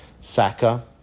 Saka